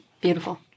Beautiful